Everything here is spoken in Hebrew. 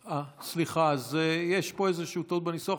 אה, סליחה, יש פה טעות בניסוח.